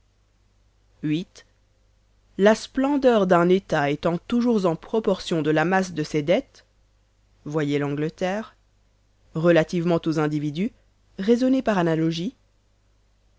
viii la splendeur d'un état étant toujours en proportion de la masse de ses dettes voyez l'angleterre relativement aux individus raisonnez par analogie